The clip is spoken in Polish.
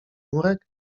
murek